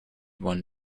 one